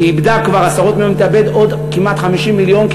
היא כבר איבדה עשרות מיליונים והיא תאבד עוד כמעט 50 מיליון,